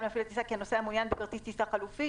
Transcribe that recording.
למפעיל הטיסה כי הנוסע מעוניין בכרטיס טיסה חלופי".